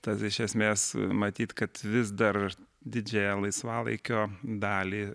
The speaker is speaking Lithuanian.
tad iš esmės matyt kad vis dar didžiąją laisvalaikio dalį